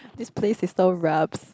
this place is called rubs